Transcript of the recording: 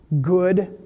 good